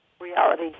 reality